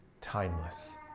timeless